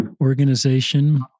organization